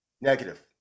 Negative